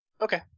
Okay